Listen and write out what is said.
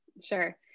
sure